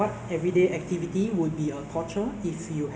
you know the eyesight cannot take it [what] the eyesight will uh